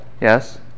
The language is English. Yes